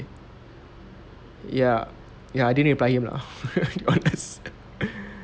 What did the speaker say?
ya ya I didn't reply him lah to be honest